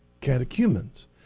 catechumens